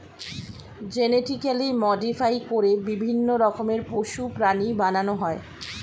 genetically modify করে বিভিন্ন রকমের পশু, প্রাণী বানানো হয়